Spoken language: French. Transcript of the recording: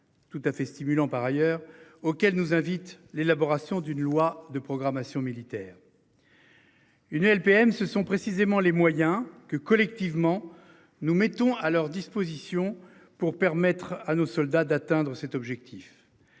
tout à fait stimulant par ailleurs auquel nous invite l'élaboration d'une loi de programmation militaire. Une LPM ce sont précisément les moyens que collectivement. Nous mettons à leur disposition pour permettre à nos soldats d'atteindre cet objectif.